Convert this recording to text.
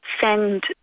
send